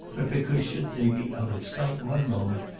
but because, should they be out of sight one moment,